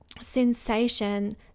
sensation